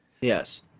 Yes